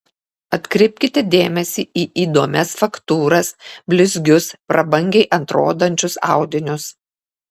atkreipkite dėmesį į įdomias faktūras blizgius prabangiai atrodančius audinius